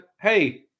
hey